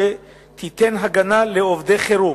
שתיתן הגנה לעובדי חירום.